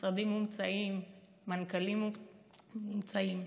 משרדים מומצאים, מנכ"לים מומצאים.